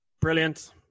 brilliant